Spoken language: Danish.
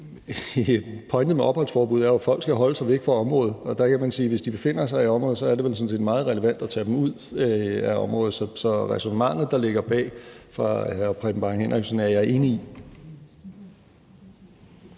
pointen med et opholdsforbud er jo, at folk skal holde sig væk fra området, og der kan man sige, at hvis de befinder sig i området, er det vel sådan set meget relevant at tage dem ud af området. Så ræsonnementet, der ligger bag fra hr. Preben Bang Henriksen, er jeg enig i.